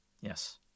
Yes